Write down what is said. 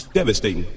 Devastating